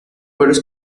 varios